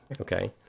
okay